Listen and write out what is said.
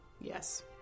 Yes